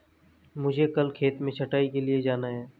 मुझे कल खेत में छटाई के लिए जाना है